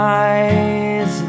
eyes